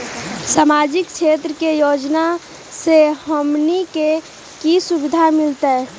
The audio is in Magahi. सामाजिक क्षेत्र के योजना से हमनी के की सुविधा मिलतै?